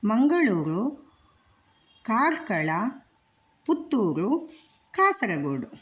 Mangaluru Karkala Puttur Kasaragod